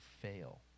fail